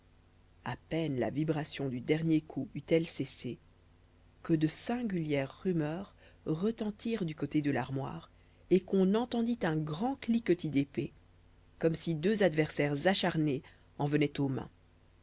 a peine la vibration du dernier coup eut-elle cessé que de singulières rumeurs retentirent du côté de l'armoire et qu'on entendit un grand cliquetis d'épées comme si deux adversaires acharnés en venaient aux mains